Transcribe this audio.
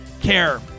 care